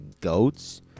goats